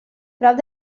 prop